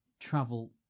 travel